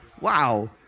Wow